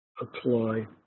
apply